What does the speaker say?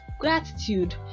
gratitude